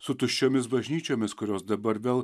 su tuščiomis bažnyčiomis kurios dabar vėl